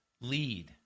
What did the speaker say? lead